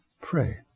pray